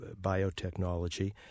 biotechnology